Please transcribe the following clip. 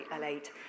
late